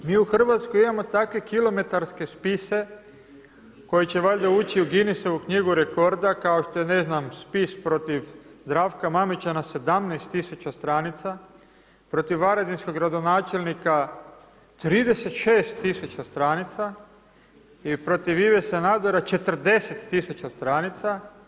Mi u Hrvatskoj imamo takve kilometarske spise koji će valjda ući u Ginisovu knjigu rekorda kao što je ne znam spis protiv Zdravka Mamića na 17 tisuća stranica, protiv varaždinskog gradonačelnika 36 tisuća stranica i protiv Ive Sanadera 40 tisuća stranica.